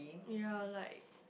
ya like